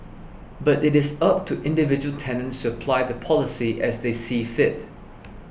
but it is up to individual tenants to apply the policy as they see fit